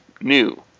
new